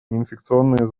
неинфекционные